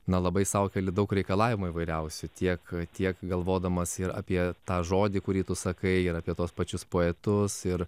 na labai sau keli daug reikalavimų įvairiausi tiek tiek galvodamas ir apie tą žodį kurį tu sakai ir apie tuos pačius poetus ir